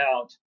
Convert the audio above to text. out